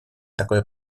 такое